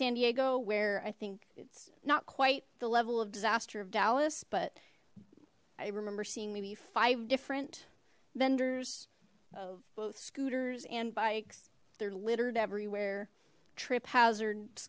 san diego where i think it's not quite the level of disaster of dallas but i remember seeing maybe five different vendors of both scooters and bikes there littered everywhere trip hazard